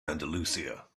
andalusia